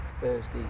Thursday